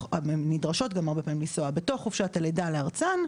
נדרשות הרבה פעמים לנסוע בתוך חופשת הלידה לארצן,